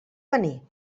venir